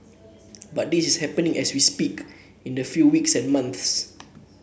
but this is happening as we speak in the few weeks and months